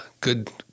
Good